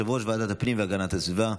יושב-ראש ועדת הפנים והגנת הסביבה,